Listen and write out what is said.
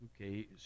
Okay